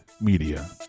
media